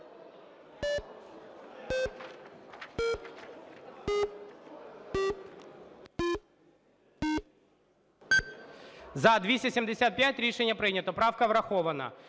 За-275 Рішення прийнято. Правка врахована.